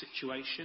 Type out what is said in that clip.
situation